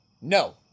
No